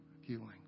healing